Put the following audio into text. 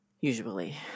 usually